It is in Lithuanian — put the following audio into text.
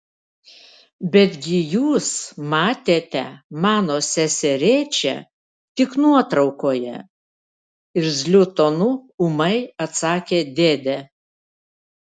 betgi jūs matėte mano seserėčią tik nuotraukoje irzliu tonu ūmai atsakė dėdė